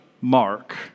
Mark